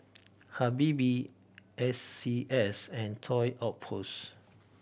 Habibie S C S and Toy Outpost